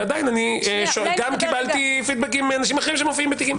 עדיין גם קיבלתי פידבקים מאנשים אחרים שמופיעים בתיקים.